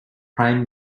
prime